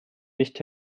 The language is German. nicht